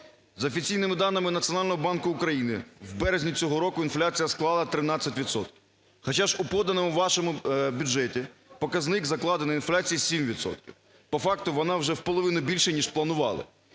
За офіційними даними Національного банку України, в березні цього року інфляція склала 13 відсотків. Хоча ж у поданому вашому бюджеті показник закладеної інфляції 7 відсотків, по факту, вона вже в половину більша ніж планували.